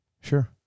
Sure